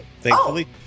thankfully